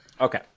Okay